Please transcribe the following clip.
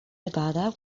nevada